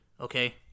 okay